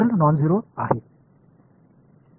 तर curl non zero आहे